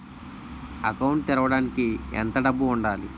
Account తెరవడానికి ఎంత డబ్బు ఉండాలి?